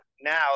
now